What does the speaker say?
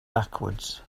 backwards